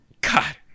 god